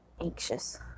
anxious